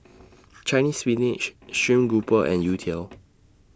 Chinese Spinach Stream Grouper and Youtiao